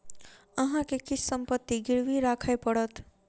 अहाँ के किछ संपत्ति गिरवी राखय पड़त